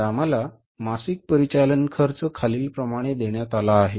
आता आम्हाला मासिक परिचालन खर्च खालीलप्रमाणे देण्यात आला आहे